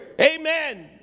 amen